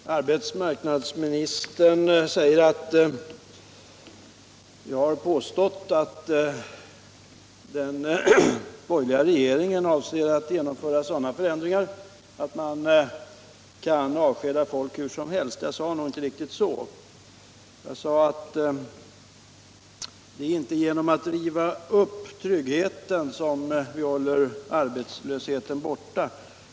Herr talman! Arbetsmarknadsministern säger att jag har påstått att den borgerliga regeringen avser att genomföra sådana förändringar att folk kan avskedas hur som helst. Jag sade nog inte riktigt så. Jag sade att vi inte genom att riva upp de bestämmelser som värnar om tryggheten håller arbetslösheten borta.